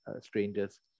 Strangers